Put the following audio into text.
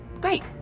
Great